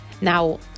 Now